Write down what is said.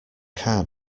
car